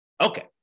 Okay